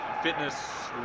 fitness